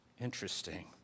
Interesting